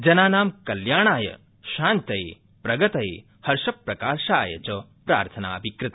जनाना कल्याणाय शान्तये प्रगतये हर्षप्रकर्षाय च प्रार्थना अपि कृता